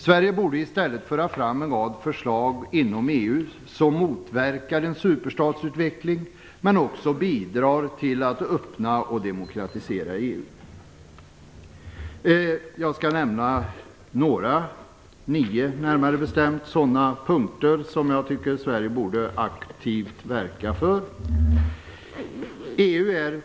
Sverige borde i stället föra fram en rad förslag inom EU som motverkar en superstatsutveckling men som också bidrar till att öppna och demokratisera EU. Jag skall nämna nio sådana punkter som jag tycker att Sverige borde aktivt verka för. 1.